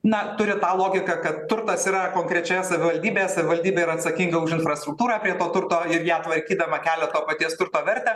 na turi tą logiką kad turtas yra konkrečioje savivaldybėje savivaldybė yra atsakinga už infrastruktūrą prie to turto ir ją tvarkydama kelia to paties turto vertę